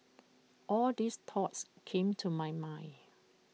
all these thoughts came to my mind